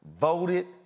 voted